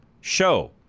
show